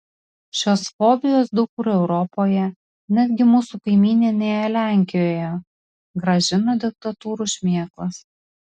šios fobijos daug kur europoje netgi mūsų kaimyninėje lenkijoje grąžina diktatūrų šmėklas